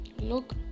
look